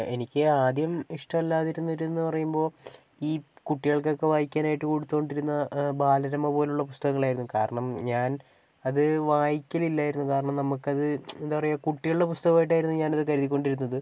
എനിക്ക് ആദ്യം ഇഷ്ടമല്ലാതിരുന്നിരുന്നത് പറയുമ്പോൾ ഈ കുട്ടികൾക്കൊക്കെ വായിക്കാനായിട്ട് കൊടുത്തുകൊണ്ടിരുന്ന ബാലരമ പോലുള്ള പുസ്തകങ്ങളായിരുന്നു കാരണം ഞാൻ അത് വായിക്കലില്ലായിരുന്നു കാരണം നമുക്ക് അത് എന്താ പറയുക കുട്ടികളുടെ പുസ്തകമായിട്ടായിരുന്നു ഞാൻ അത് കരുതിക്കൊണ്ടിരുന്നത്